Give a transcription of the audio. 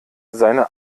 seine